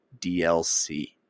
DLC